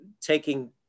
taking